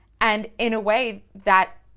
and in a way that,